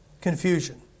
Confusion